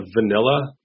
vanilla